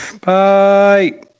Bye